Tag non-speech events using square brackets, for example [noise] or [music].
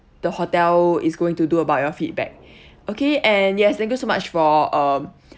the hotel is going to do about your feedback [breath] okay and yes thank you so much for um